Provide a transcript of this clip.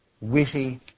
witty